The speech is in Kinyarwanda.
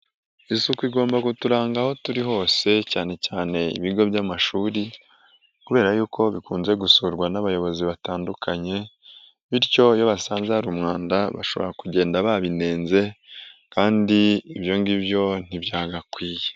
Isuku igomba kuturanga aho turi hose cyane cyane ibigo by'amashuri kubera yuko bikunze gusurwa n'abayobozi batandukanye bityo iyo basanze hari umwanda bashobora kugenda babinenze kandi ibyo ngibyo ntibyagakwiye.